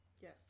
Yes